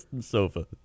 sofa